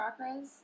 chakras